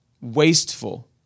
Wasteful